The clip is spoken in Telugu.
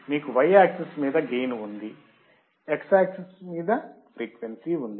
మీకు y యాక్సిస్ మీద గెయిన్ ఉంది మీకు x యాక్సిస్ లో ఫ్రీక్వెన్సీ ఉంది